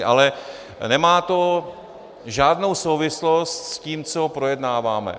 Ale nemá to žádnou souvislost s tím, co projednáváme.